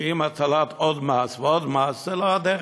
שהטלת עוד מס ועוד מס, זו לא הדרך.